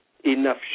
enough